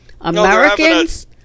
Americans